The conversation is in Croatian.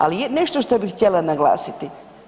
Ali nešto što bih htjela naglasiti?